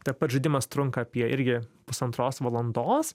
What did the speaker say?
tai pats žaidimas trunka apie irgi pusantros valandos